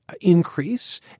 Increase